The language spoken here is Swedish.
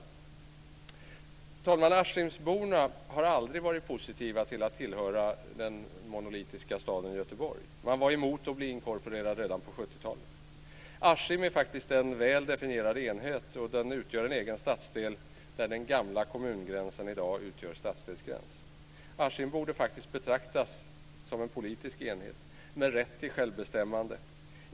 Fru talman! Askimborna har aldrig varit positiva till att tillhöra den monolitiska staden Göteborg. Man var redan på 1970-talet emot att bli inkorporerad. Askim är faktiskt en väl definierad enhet som utgör en egen stadsdel där den gamla kommungränsen i dag utgör stadsdelsgräns. Askim borde faktiskt betraktas som en politisk enhet, med rätt till självbestämmande.